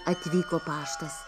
atvyko paštas